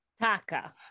Taka